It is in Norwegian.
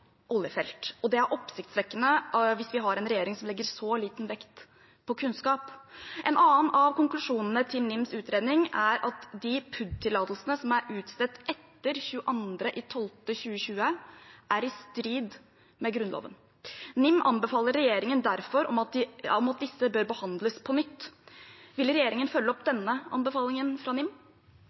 oljefelt. Det er oppsiktsvekkende hvis vi har en regjering som legger så liten vekt på kunnskap. En annen av konklusjonene i NIMs utredning er at de PUD-tillatelsene som er utstedt etter 22. desember 2020, er i strid med Grunnloven. NIM anbefaler regjeringen derfor om at disse bør behandles på nytt. Vil regjeringen følge opp denne anbefalingen fra NIM?